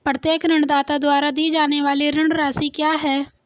प्रत्येक ऋणदाता द्वारा दी जाने वाली ऋण राशि क्या है?